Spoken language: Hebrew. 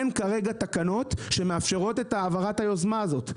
אין כרגע תקנות שמאפשרות את העברת היוזמה הזאת.